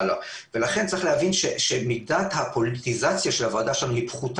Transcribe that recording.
ציבור מומלצים על פי קריטריונים מסוימים.